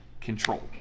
control